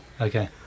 Okay